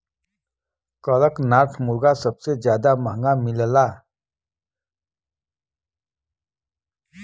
कड़कनाथ मुरगा सबसे जादा महंगा मिलला